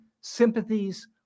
sympathies